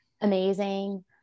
amazing